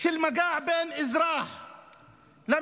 של מגע בין אזרח למשטרה,